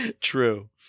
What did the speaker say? True